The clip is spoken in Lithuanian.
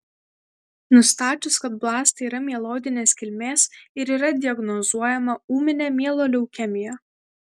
nustačius kad blastai yra mieloidinės kilmės ir yra diagnozuojama ūminė mieloleukemija